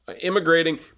immigrating